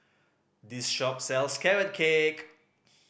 this shop sells Carrot Cake